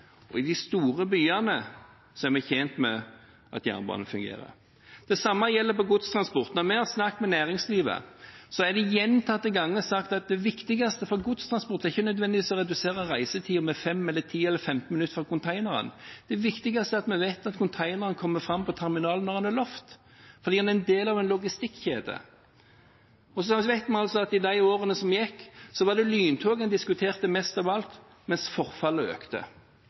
Og i de store byene er vi tjent med at jernbanen fungerer. Det samme gjelder for godstransport. Når vi har snakket med næringslivet, er det gjentatte ganger sagt at det viktigste for godstransporten ikke nødvendigvis er å redusere reisetiden med 5, 10 eller 15 minutter for containeren. Det viktigste er at en vet at containeren kommer fram på terminalen når den er lovt, fordi den er en del av en logistikkjede. Så vet vi at i de årene som gikk, var det lyntog en diskuterte mest av alt, mens forfallet økte.